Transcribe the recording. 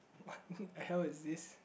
the hell is this